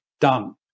done